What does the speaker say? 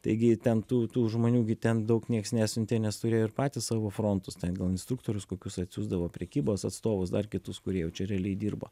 taigi ten tų tų žmonių ten daug nieks nesiuntė nes turėjo ir patys savo frontus ten gal instruktorius kokius atsiųsdavo prekybos atstovus dar kitus kurie jau čia realiai dirbo